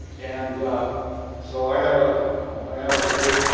and so i have a i have a great